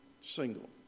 single